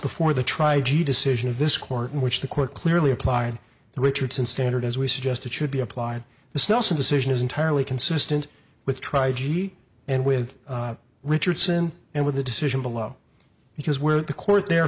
before the tri g decision of this court in which the court clearly applied the richardson standard as we suggest it should be applied the snelson decision is entirely consistent with tri g and with richardson and with the decision below which is where the court the